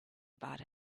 about